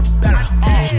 better